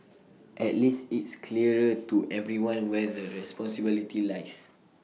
at least it's clearer to everyone where the responsibility lies